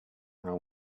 and